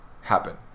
happen